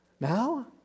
Now